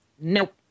Nope